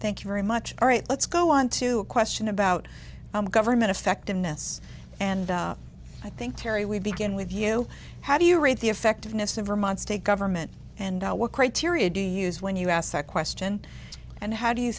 thank you very much all right let's go on to a question about government effectiveness and i think terry we begin with q how do you rate the effectiveness of vermont state government and what criteria do you use when you asked that question and how do you